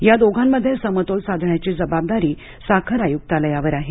या दोघांमध्ये समतोल साधण्याची जबाबदारी साखर आयुक्तालयावर आहे